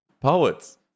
poets